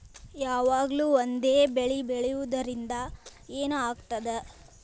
ಯಾವಾಗ್ಲೂ ಒಂದೇ ಬೆಳಿ ಬೆಳೆಯುವುದರಿಂದ ಏನ್ ಆಗ್ತದ?